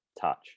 touch